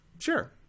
Sure